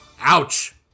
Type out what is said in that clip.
Ouch